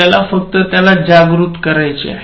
आपल्याला फक्त त्याला जागृत करायचे आहे